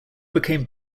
became